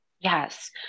Yes